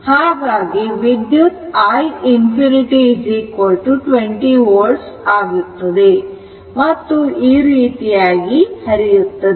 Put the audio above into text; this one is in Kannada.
ಹಾಗಾಗಿ ವಿದ್ಯುತ್ i 20 volt ಆಗುತ್ತದೆ ಮತ್ತು ಈ ರೀತಿ ಪ್ರವಹಿಸುತ್ತದೆ